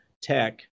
tech